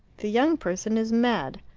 the young person is mad.